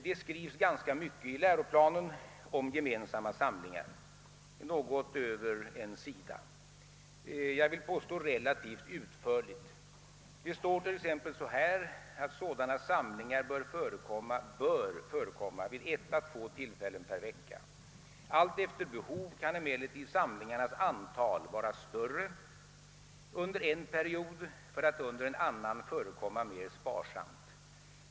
Det skrivs ganska mycket i den här ifrågavarande läroplanen om gemensamma samlingar — något över en sida — och även ganska utförligt. Det står t.ex. så här: »Sådana samlingar bör förekomma vid 1—2 tillfällen per vecka. Allt efter behov kan emellertid samlingarnas antal vara större under en period för att under en annan förekomma mer sparsamt.